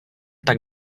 tak